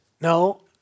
No